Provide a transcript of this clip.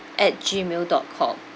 at gmail dot com